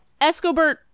Escobert